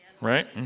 Right